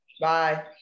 Bye